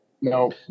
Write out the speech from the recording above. no